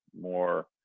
More